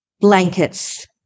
blankets